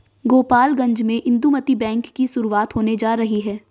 गोपालगंज में इंदुमती बैंक की शुरुआत होने जा रही है